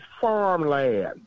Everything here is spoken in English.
farmland